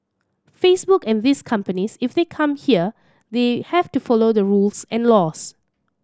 Facebook and these companies if they come here they have to follow the rules and laws